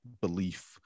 belief